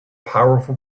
powerful